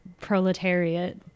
proletariat